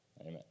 Amen